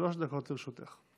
שלוש דקות לרשותך.